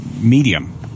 medium